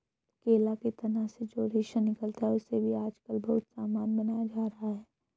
केला के तना से जो रेशा निकलता है, उससे भी आजकल बहुत सामान बनाया जा रहा है